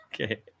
Okay